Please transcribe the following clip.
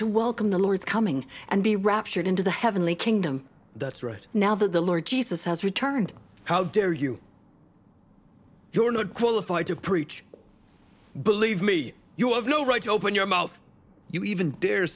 to welcome the lord's coming and be raptured into the heavenly kingdom that's right now that the lord jesus has returned how dare you you're not qualified to preach believe me you have no right to open your mouth you even dare